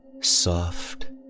soft